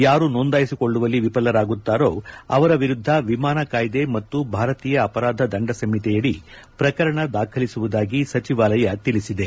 ಯಾರು ನೊಂದಾಯಿಸಿಕೊಳ್ಳುವ ವಿಫಲರಾಗುತ್ತಾರೊ ಅವರ ವಿರುದ್ದ ವಿಮಾನ ಕಾಯ್ಸೆ ಮತ್ತು ಭಾರತೀಯ ಅಪರಾಧ ದಂಡ ಸಂಹಿತೆಯಡಿ ಪ್ರಕರಣ ದಾಖಲಿಸುವುದಾಗಿ ಸಚಿವಾಲಯ ತಿಳಿಸಿದೆ